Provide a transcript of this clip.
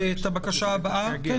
ברשותכם,